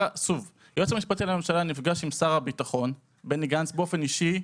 היועץ המשפטי לממשלה נפגש עם שר הביטחון בני גנץ באופן אישי,